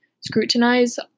scrutinize